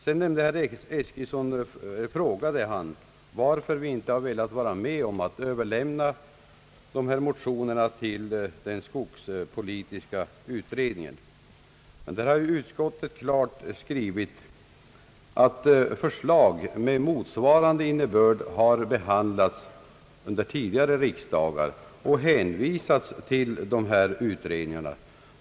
Herr Eskilsson frågade varför vi inte har velat vara med om att överlämna ifrågavarande motioner till den skogspolitiska utredningen. Men utskottet har klart skrivit att förslag med motsvarande innebörd har behandlats under tidigare riksdagar och hänvisats till dessa utredningar.